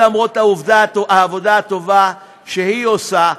למרות העבודה הטובה שהיא עושה,